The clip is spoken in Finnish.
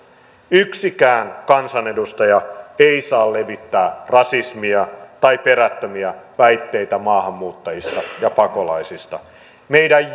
yksikään kansanedustaja ei saa levittää rasismia tai perättömiä väitteitä maahanmuuttajista ja pakolaisista meidän